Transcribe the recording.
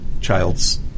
child's